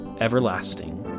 everlasting